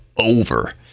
over